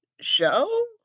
Show